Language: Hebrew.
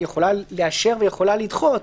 היא יכולה לאשר ויכולה לדחות,